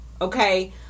okay